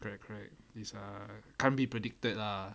correct correct this ah can't be predicted lah